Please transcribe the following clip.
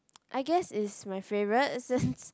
I guess it's my favourite since